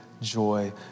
joy